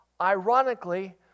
ironically